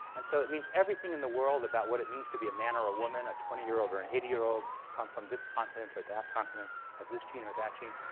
and so it means everything in the world about what it means to be a man or a woman, a twenty year old or an eighty year old, come from this continent or that continent, have this gene or that gene,